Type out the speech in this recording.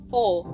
Four